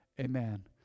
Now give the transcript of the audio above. amen